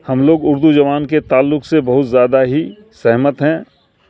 ہم لوگ اردو جبان کے تعلق سے بہت زیادہ ہی سہمت ہیں